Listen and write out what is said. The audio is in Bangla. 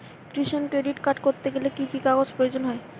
কিষান ক্রেডিট কার্ড করতে গেলে কি কি কাগজ প্রয়োজন হয়?